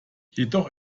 jedoch